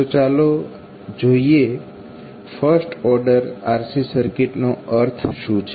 તો ચાલો જોઈએ ફર્સ્ટ ઓર્ડર RC સર્કિટનો અર્થ શું છે